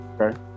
okay